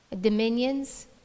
Dominions